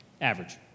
Average